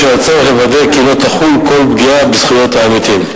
בשל הצורך לוודא כי לא תחול כל פגיעה בזכויות העמיתים.